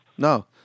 No